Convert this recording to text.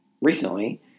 recently